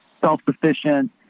self-sufficient